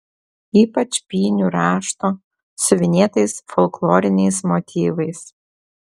ypač pynių rašto siuvinėtais folkloriniais motyvais